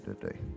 today